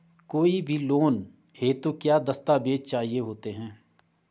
कोई भी लोन हेतु क्या दस्तावेज़ चाहिए होते हैं?